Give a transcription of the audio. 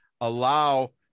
allow